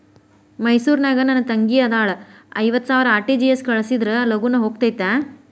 ಮೈಸೂರ್ ನಾಗ ನನ್ ತಂಗಿ ಅದಾಳ ಐವತ್ ಸಾವಿರ ಆರ್.ಟಿ.ಜಿ.ಎಸ್ ಕಳ್ಸಿದ್ರಾ ಲಗೂನ ಹೋಗತೈತ?